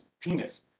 penis